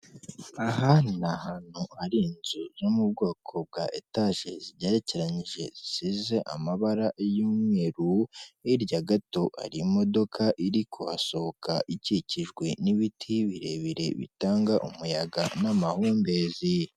Aha ni ahantu hari inzu zo mu bwoko bwa etaje, zigerekeranyije, zisize amabara y'umweru, hirya gato hari imodoka iri kuhasohoka, ikikijwe n'ibiti birebire, bitanda umuyaga n'amahumbezi.